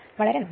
വളരെ നന്ദി